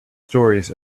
stories